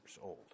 old